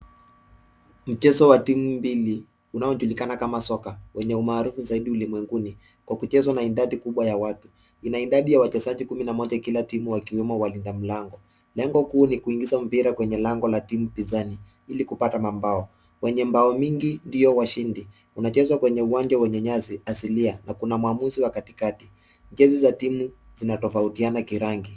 Mchezo wa timu mbili unaojulikana kama soka wenye umaarufu zaidi ulimwenguni kwa kuchezwa na idadi kubwa ya watu. Ina idadi ya wachezaji kumi na moja kila timu wakiwemo walinda mlango. Lengo kuu ni kuingiza mpira kwenye lango la timu pinzani ili kupata mabao. Wenye bao nyingi ndio washindi. Unachezwa kwenye uwanja wenye nyasi asilia na kuna muamuzi wa katikati. Jezi za timu zinatofautiana ki rangi.